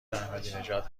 احمدینژاد